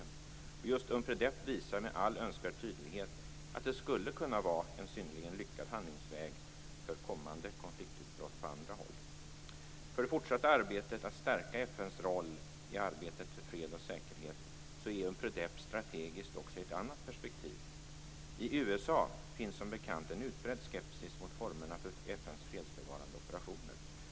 Och just Unpredep visar med all önskvärd tydlighet att det skulle kunna vara en synnerligen lyckad handlingsväg vid kommande konfliktutbrott på andra håll. För det fortsatta arbetet att stärka FN:s roll i arbetet för fred och säkerhet är Unpredep strategiskt också i ett annat perspektiv. I USA finns som bekant en utbredd skepsis mot formerna för FN:s fredsbevarande operationer.